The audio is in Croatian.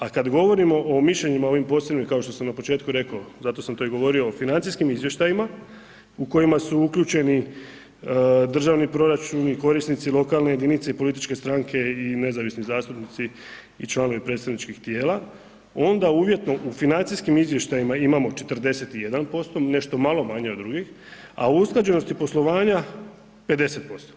A kada govorimo o mišljenjima ovim posebnim kao što sam na početku rekao, zato sam to i govorio o financijskim izvještajima, u kojima su uključeni državni proračun i korisnici lokalne jedinice i političke stranke i nezavisni zastupnici i članovi predstavničkih tijela, onda uvjetno u financijskim izvještajima imamo 41% nešto malo manje od drugih a u usklađenosti poslovanja 50%